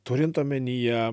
turint omenyje